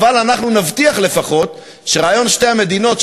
ואנחנו נבטיח לפחות שרעיון שתי המדינות,